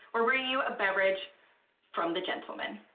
we're bringing you a beverage from the gentlemen.